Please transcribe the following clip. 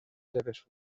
seves